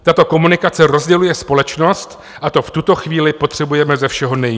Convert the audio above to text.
Tato komunikace rozděluje společnost a to v tuto chvíli potřebujeme ze všeho nejméně.